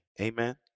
Amen